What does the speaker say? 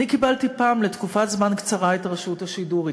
אני קיבלתי פעם לתקופת זמן קצרה את רשות השידור.